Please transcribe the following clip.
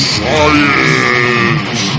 Science